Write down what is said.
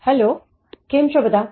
hello કેમ છો બધા